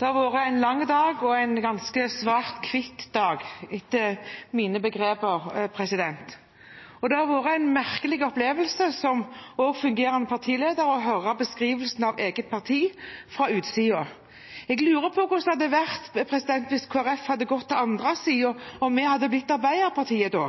Det har vært en lang dag og en ganske svart-hvitt dag, etter mine begreper. Det har vært en merkelig opplevelse som fungerende partileder å høre beskrivelsen av eget parti fra utsiden. Jeg lurer på hvordan det hadde vært hvis Kristelig Folkeparti hadde gått til den andre siden – om vi hadde blitt Arbeiderpartiet da,